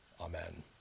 Amen